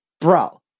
Bro